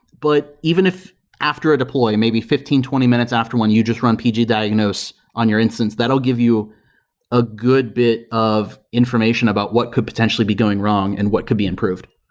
but even if after a deploy, maybe fifteen to twenty minutes after one, you just run pg diagnose on your instance. that'll give you a good bit of information about what could potentially be going wrong and what could be improved.